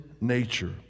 nature